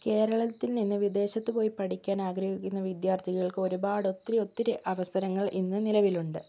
കേരളത്തിൽ നിന്ന് വിദേശത്ത് പോയി പഠിക്കാൻ ആഗ്രഹിക്കുന്ന വിദ്യാർത്ഥികൾക്ക് ഒരുപാട് ഒത്തിരി ഒത്തിരി അവസരങ്ങൾ ഇന്ന് നിലവിലുണ്ട്